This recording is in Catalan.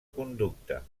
conducta